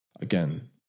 Again